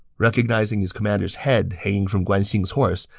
recognizing his commander's head hanging from guan xing's horse,